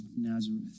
Nazareth